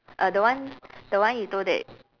uh the one the one you told that